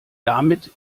damit